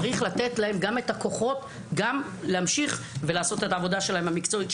צריך לתת להם את הכוחות להמשיך ולעשות את העבודה המקצועית שלהם,